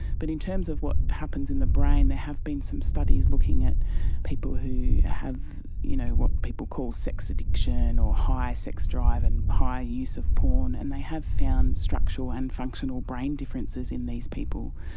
but in terms of what happens in the brain, there have been some studies looking at people who have you know what people call sex addiction or high sex drive and high use of porn, and they have found structural and functional brain differences in these people.